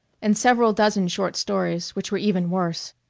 and several dozen short stories, which were even worse.